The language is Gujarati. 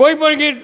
કોઈપણ ગીત